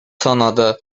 санады